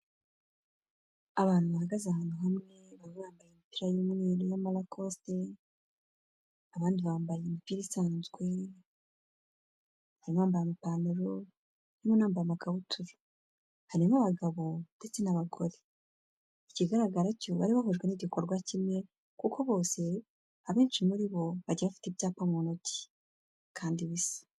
Abantu bahagaze ahantu hamwe, bamwe bambaye imipira y'umweru y'amarakosite, abandi bambaye imipira isanzwe, harimo abambaye amapantaro, n'abambaye amakabutura. Harimo abagabo ndetse n'abagore. Ikigaragara cyo bari bahujwe n'igikorwa kimwe, kuko bose, abenshi muri bo bagiye bafite ibyapa mu ntoki, kandi bisa.